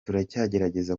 turacyagerageza